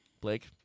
Blake